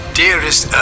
dearest